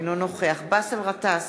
אינו נוכח באסל גטאס,